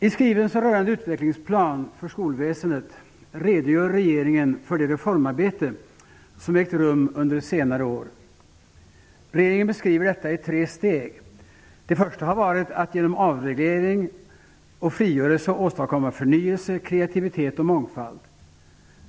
I skrivelsen rörande utvecklingsplan för skolväsendet redogör regeringen för det reformarbete som ägt rum under senare år. Regeringen beskriver detta i tre steg. Det första har varit att genom avreglering och frigörelse åstadkomma förnyelse, kreativitet och mångfald.